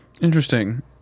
Interesting